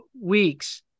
weeks